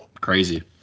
crazy